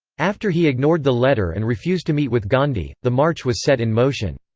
after he ignored the letter and refused to meet with gandhi, the march was set in motion.